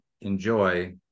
enjoy